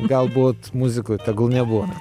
galbūt muziku tegul nebūna